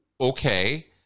okay